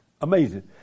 Amazing